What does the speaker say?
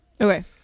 okay